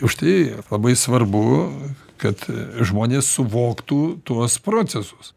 užtai ir labai svarbu kad žmonės suvoktų tuos procesus